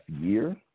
year